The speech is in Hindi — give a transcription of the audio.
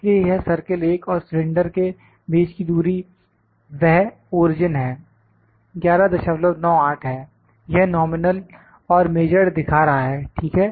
इसलिए यह सर्किल 1 है और सिलेंडर के बीच की दूरी वह ओरिजिन है 1198 है यह नॉमिनल और मेजरड दिखा रहा है ठीक है